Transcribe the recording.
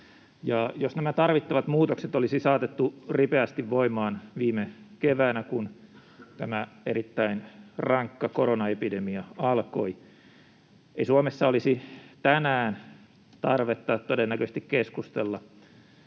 jos nämä tarvittavat muutokset olisi saatettu ripeästi voimaan viime keväänä, kun tämä erittäin rankka koronaepidemia alkoi, Suomessa todennäköisesti ei olisi